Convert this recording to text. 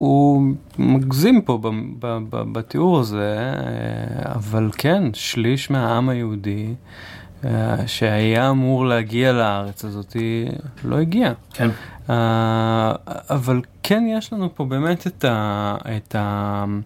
הוא מגזים פה בתיאור הזה, אבל כן, שליש מהעם היהודי שהיה אמור להגיע לארץ הזאת לא הגיע. כן. אבל כן, יש לנו פה באמת את ה...